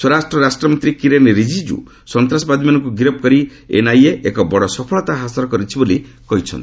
ସ୍ୱରାଷ୍ଟ୍ର ରାଷ୍ଟ୍ରମନ୍ତ୍ରୀ କିରେନ୍ ରିଜିକୁ ସନ୍ତାସବାଦୀମାନଙ୍କୁ ଗିରଫ କରି ଏନ୍ଆଇଏ ଏକ ବଡ ସଫଳତା ହାସଲ କରିଛି ବୋଲି କହିଛନ୍ତି